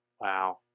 Wow